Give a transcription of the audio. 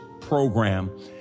program